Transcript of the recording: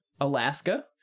alaska